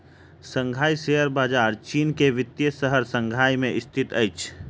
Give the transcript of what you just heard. Shanghai share बजार चीन के वित्तीय शहर शंघाई में स्थित अछि